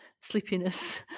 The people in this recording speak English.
sleepiness